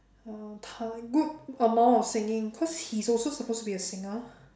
uh time good amount of singing cause he's also supposed to be a singer